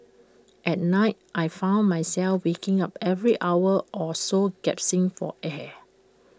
at night I found myself waking up every hour or so gasping for air